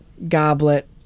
goblet